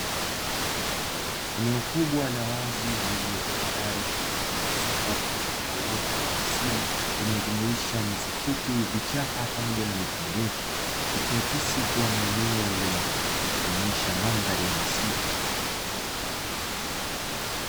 Eneo kubwa la uwazi lililotambarare, lililozungukwa na uoto wa asili unaojumuisha nyasi fupi, vichaka, pamoja na miti mirefu, ikiakisi kuwa ni eneo lenye kuonyesha mandhari ya misitu.